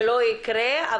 ולא יקרה,